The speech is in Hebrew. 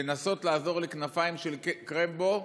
לנסות לעזור לכנפיים של קרמבו,